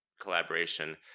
collaboration